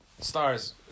Stars